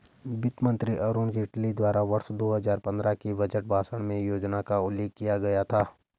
वित्त मंत्री अरुण जेटली द्वारा वर्ष दो हजार पन्द्रह के बजट भाषण में योजना का उल्लेख किया गया था